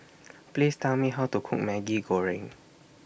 Please Tell Me How to Cook Maggi Goreng